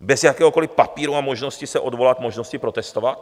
Bez jakéhokoliv papíru a možnost se odvolat, možnosti protestovat?